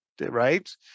right